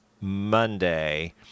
Monday